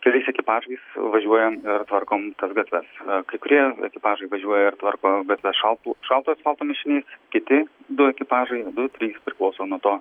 keliais ekipažais važiuojam tvarkom tas gatves kai kurie ekipažai važiuoja ir tvarko gatves šaltų šalto asfalto mišiniais kiti du ekipažai du trys priklauso nuo to